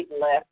left